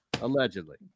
Allegedly